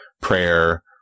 prayer